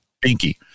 Pinky